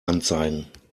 anzeigen